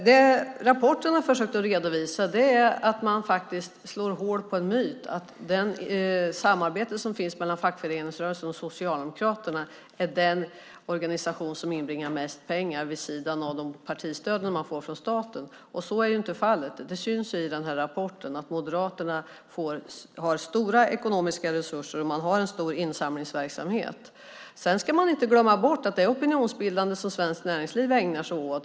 Det jag har försökt redovisa är att man slår hål på myten om samarbetet mellan fackföreningsrörelsen och Socialdemokraterna, att det är den organisationen som inbringar mest pengar till partiet vid sidan av det partistöd man får från staten. Så är inte fallet, och det syns i den här rapporten. Moderaterna har stora ekonomiska resurser, och man har en stor insamlingsverksamhet. Sedan ska man inte glömma bort att det är opinionsbildande som Svenskt Näringsliv ägnar sig åt.